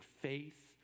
faith